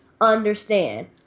understand